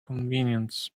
convenience